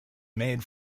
made